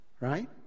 Right